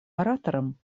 ораторам